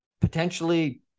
potentially